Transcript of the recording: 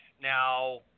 Now